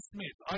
Smith